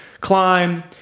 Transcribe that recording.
climb